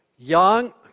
Young